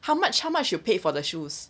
how much how much you paid for their shoes